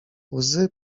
łzy